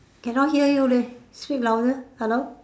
cannot hear you leh speak louder hello